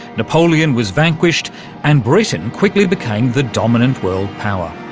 napoleon was vanquished and britain and quickly became the dominant world power.